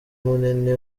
munini